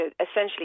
essentially